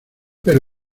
pero